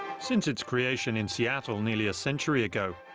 since its creation in seattle nearly a century ago,